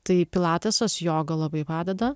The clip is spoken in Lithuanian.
tai pilatesas joga labai padeda